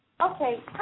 Okay